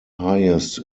highest